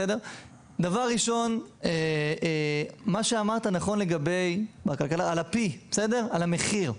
דבר ראשון, מה שאמרת נכון לגבי ה-P, המחיר בכלכלה.